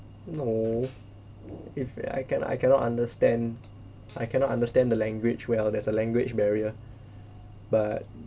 no if I can I cannot understand I cannot understand the language well there's a language barrier but